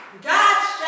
God's